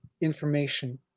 information